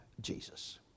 Jesus